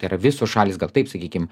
tai yra visos šalys gal taip sakykim